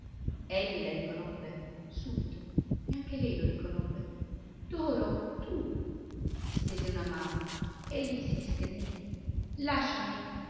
egli la riconobbe subito e anche lei lo riconobbe doro tu e stese una mano egli si schermì lasciami